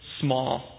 small